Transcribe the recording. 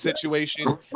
situation